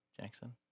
Jackson